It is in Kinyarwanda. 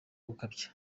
gukabya